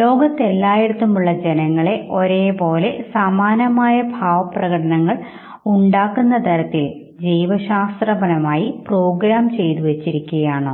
ലോകത്തെല്ലായിടത്തുമുള്ള ജനങ്ങളെ ഒരേ പോലെ സമാനമായ ഭാവപ്രകടനങ്ങൾ ഉണ്ടാക്കുന്നതരത്തിൽ ജൈവശാസ്ത്രപരമായി എല്ലാ പ്രോഗ്രാം ചെയ്തു വച്ചിരിക്കുകയാണോ